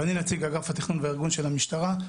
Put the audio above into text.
ואני נציג אגף התכנון והארגון של המשטרה,